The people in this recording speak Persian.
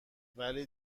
ولی